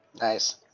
Nice